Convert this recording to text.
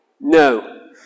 No